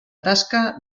tasca